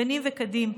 גנים וכדים.